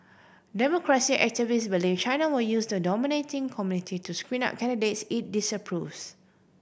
democracy activists believe China will use the nominating committee to screen out candidates it disapproves